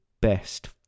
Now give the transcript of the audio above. best